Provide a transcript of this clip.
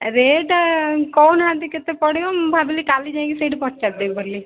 rate କହୁ ନାହାନ୍ତି କେତେ ପଡ଼ିବ ମୁଁ ଭାବିଲି କାଲି ଯାଇକି ସେଇଠି ପଚାରିଦେବି ବୋଲି